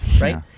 right